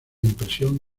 impresión